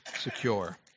secure